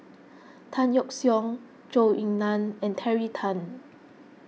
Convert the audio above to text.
Tan Yeok Seong Zhou Ying Nan and Terry Tan